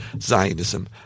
Zionism